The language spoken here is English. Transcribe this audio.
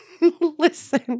Listen